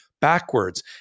backwards